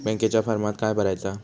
बँकेच्या फारमात काय भरायचा?